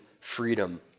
freedom